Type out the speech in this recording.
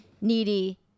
needy